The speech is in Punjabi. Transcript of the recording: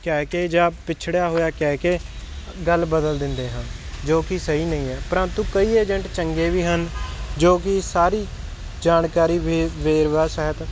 ਕਹਿ ਕੇ ਜਾ ਪਿਛੜਿਆ ਹੋਇਆ ਕਹਿ ਕੇ ਗੱਲ ਬਦਲ ਦਿੰਦੇ ਹਨ ਜੋ ਕਿ ਸਹੀ ਨਹੀਂ ਹੈ ਪ੍ਰੰਤੂ ਕਈ ਏਜਟ ਚੰਗੇ ਵੀ ਹਨ ਜੋ ਕਿ ਸਾਰੀ ਜਾਣਕਾਰੀ ਵੇ ਵੇਰਵਾ ਸਾਹਿਤ